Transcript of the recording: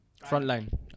Frontline